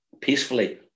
peacefully